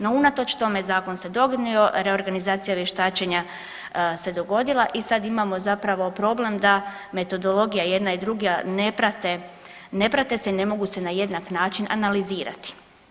No, unatoč tome Zakon se donio, reorganizacija vještačenja se dogodila i sad imamo zapravo problem da metodologija jedna i druga ne prate, ne prate se, ne mogu se na jednak način analizirati.